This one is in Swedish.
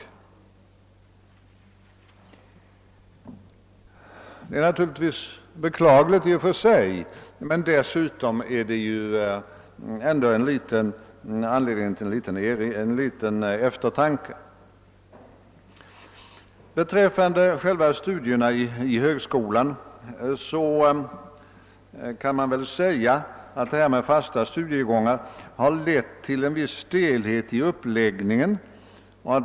Detta är naturligtvis i och för sig beklagligt och ger anledning till eftertanke. Beträffande studierna vid högskolorna kan man säga att de fasta studiegångarna har medfört en viss stelhet i uppläggningen.